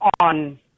on